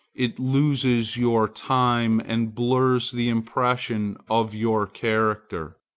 it loses your time and blurs the impression of your character.